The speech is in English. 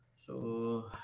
so,